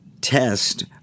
test